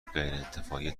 غیرانتفاعی